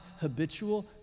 habitual